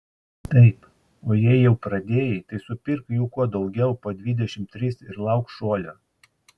taip o jei jau pradėjai tai supirk jų kuo daugiau po dvidešimt tris ir lauk šuolio